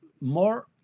more